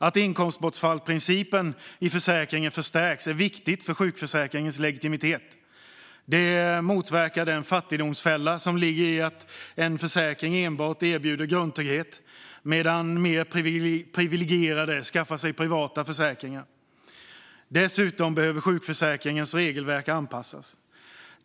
Att inkomstbortfallsprincipen i försäkringen förstärks är viktigt för sjukförsäkringens legitimitet. Det motverkar den fattigdomsfälla som ligger i att en försäkring enbart erbjuder grundtrygghet medan mer privilegierade skaffar sig privata försäkringar. Dessutom behöver sjukförsäkringens regelverk anpassas.